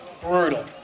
brutal